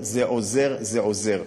עוזר, זה עוזר,